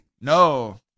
No